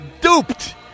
duped